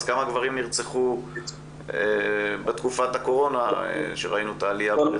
אז כמה גברים נרצחו בתקופת הקורונה שראינו את העלייה?